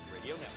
Radio